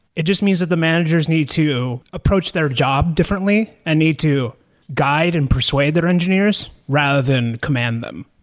it just means that the managers need to approach their job differently and need to guide and persuade their engineers rather than command them.